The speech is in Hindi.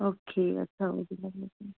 ओके अच्छा ओरिजनल मेकिंग